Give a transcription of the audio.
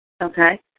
okay